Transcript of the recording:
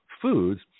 foods